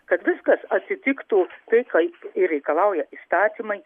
kad viskas atitiktų tai kaip ir reikalauja įstatymai